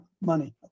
money